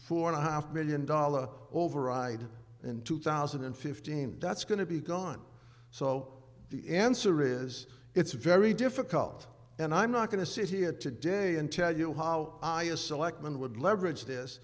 four and a half million dollar override in two thousand and fifteen that's going to be gone so the answer is it's very difficult and i'm not going to sit here today and tell you how i a select one would leverage this